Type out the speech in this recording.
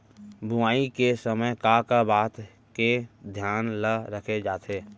बुआई के समय का का बात के धियान ल रखे जाथे?